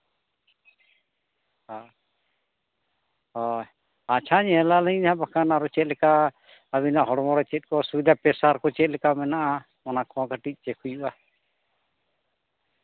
ᱦᱮᱸ ᱦᱳᱭ ᱟᱪᱪᱷᱟ ᱧᱮᱞᱟᱞᱤᱧ ᱦᱟᱸᱜ ᱵᱟᱠᱷᱟᱱ ᱟᱨᱚ ᱪᱮᱫᱞᱮᱠᱟ ᱟᱹᱵᱤᱱᱟᱜ ᱦᱚᱲᱢᱚ ᱨᱮ ᱪᱮᱫ ᱠᱚ ᱚᱥᱩᱵᱤᱫᱷᱟ ᱯᱮᱥᱟᱨ ᱠᱚ ᱪᱮᱫᱞᱮᱠᱟ ᱢᱮᱱᱟᱜᱼᱟᱚᱱᱟ ᱠᱚᱦᱚᱸ ᱠᱟᱹᱴᱤᱡ ᱪᱮᱠ ᱦᱩᱭᱩᱜᱼᱟ